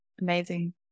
Amazing